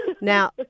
Now